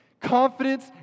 Confidence